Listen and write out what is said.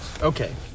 Okay